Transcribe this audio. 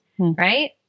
Right